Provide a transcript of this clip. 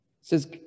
says